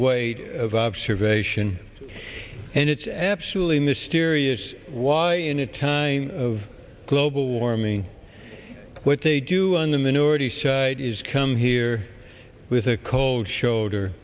weight of observation and it's absolutely mysterious why in a tie of global warming what they do on the minority side is come here with a cold shoulder